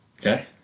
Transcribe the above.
okay